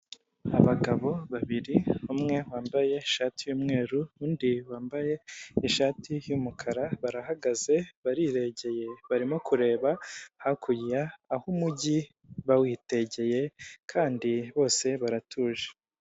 Abagabo babiri umwe wambaye ishati y'umweru undi wambaye ishati y'umukara barahagaze bariregeye barimo kureba hakurya a aho umujyi bawutegeye kandi bose baratuje.